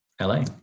LA